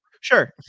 Sure